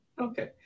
Okay